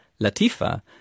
Latifa